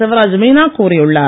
சிவராஜ் மீனா கூறியுள்ளார்